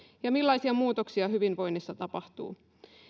ja millaisia muutoksia hyvinvoinnissa tapahtuu